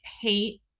hate